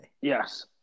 yes